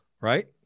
right